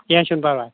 کینٛہہ چھُنہٕ پَرواے